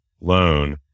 loan